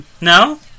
No